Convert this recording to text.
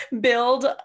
build